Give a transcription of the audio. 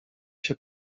się